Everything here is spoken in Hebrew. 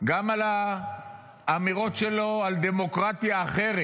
גם על האמירות שלו על דמוקרטיה אחרת.